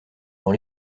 dans